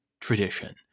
tradition